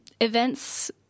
events